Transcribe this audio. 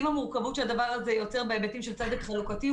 עם המורכבות שהדבר הזה יוצר בהיבטים של צדק חלוקתי.